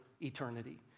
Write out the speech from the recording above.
eternity